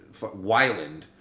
Wyland